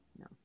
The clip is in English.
No